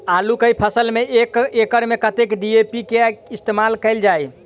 आलु केँ फसल मे एक एकड़ मे कतेक डी.ए.पी केँ इस्तेमाल कैल जाए?